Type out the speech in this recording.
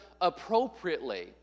appropriately